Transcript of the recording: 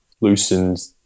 loosened